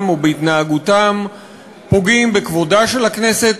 ובהתנהגותם פוגעים בכבודה של הכנסת,